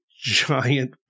giant